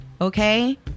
Okay